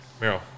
Meryl